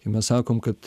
kai mes sakom kad